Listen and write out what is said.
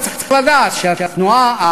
אתה צריך לדעת שהתנועה,